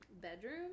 bedroom